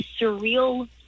surreal